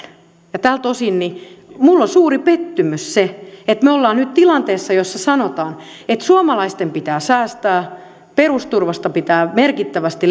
tältä osin minulle on suuri pettymys se että me olemme nyt tilanteessa jossa sanotaan että suomalaisten pitää säästää perusturvasta pitää merkittävästi